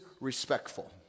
respectful